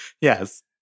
yes